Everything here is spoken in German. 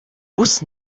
bus